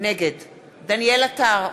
נגד דניאל עטר,